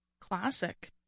Classic